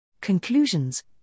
Conclusions